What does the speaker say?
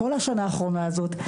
כל השנה האחרונה הזאת,